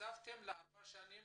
הקצבתם לארבע שנים